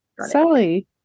Sally